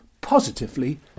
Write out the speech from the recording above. positively